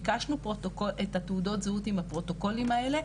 ביקשנו את התעודות זהות עם הפרוטוקולים האלה,